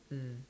mm